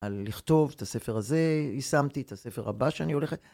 על לכתוב את הספר הזה יישמתי, את הספר הבא שאני הולך...